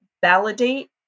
validate